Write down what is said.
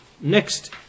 next